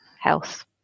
health